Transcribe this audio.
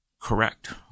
Correct